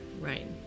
right